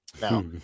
Now